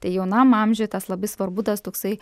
tai jaunam amžiui tas labai svarbu tas toksai